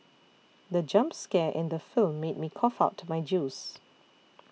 the jump scare in the film made me cough out my juice